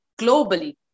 globally